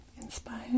inspired